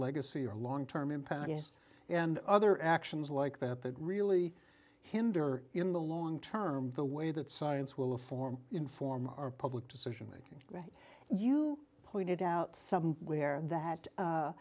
legacy or long term impacts and other actions like that that really hinder in the long term the way that science will form inform our public decision making right you pointed out somewhere that